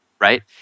right